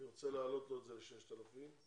אני רוצה להעלות לו את זה ל-6,000 שקלים.